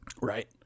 Right